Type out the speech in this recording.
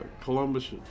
columbus